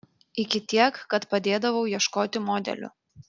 iki tiek kad padėdavau ieškoti modelių